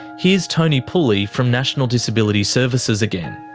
here's tony pooley from national disability services again.